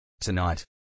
Tonight